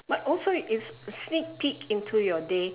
but also is sneak peek into your day